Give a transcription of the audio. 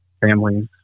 families